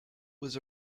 was